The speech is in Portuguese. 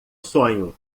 sonho